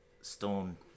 Storm